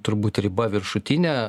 turbūt riba viršutinė